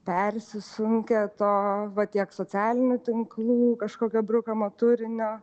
persisunkę to va tiek socialinių tinklų kažkokio brukamo turinio